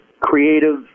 creative